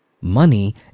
Money